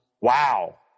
Wow